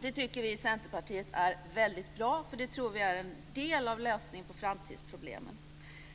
Det tycker vi i Centerpartiet är väldigt bra, för det tror vi är en del av lösningen på framtidsproblemen.